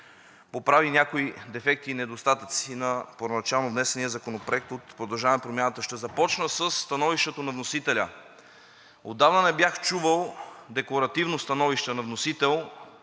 оправи някои дефекти и недостатъци на първоначално внесения Законопроект от „Продължаваме Промяната“. Ще започна със становището на вносителя. Отдавна не бях чувал декларативно становище на вносител,